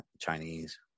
Chinese